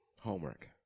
Homework